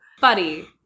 Buddy